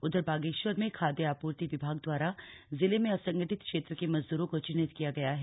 उधर बागेश्वर में खादय आपूर्ति विभाग दवारा जिले में असंगठित क्षेत्र के मजदूरों को चिन्हित किया गया है